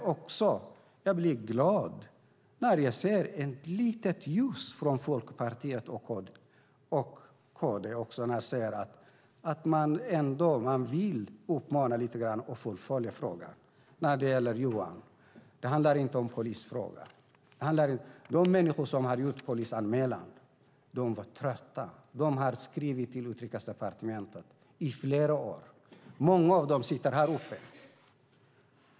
Jag blir glad när jag ser ett litet ljus från Folkpartiet och KD. Man vill uppmana till att fullfölja frågan. Det handlar inte om polisfrågan. De människor som gjorde en polisanmälan var trötta. De har skrivit till Utrikesdepartementet i flera år. Många av dem sitter här på läktaren.